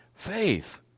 faith